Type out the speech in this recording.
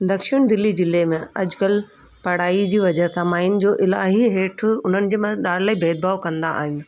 दक्षिण दिल्ली जिले में अॼु कल्ह पढ़ाई जी वजह सां माईनि जो इलाही हेठि हुनजे मथे इलाही भेदभाव कंदा आहिनि